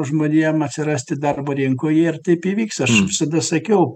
žmonėm atsirasti darbo rinkoje ir taip įvyks aš visada sakiau